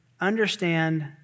understand